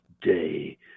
day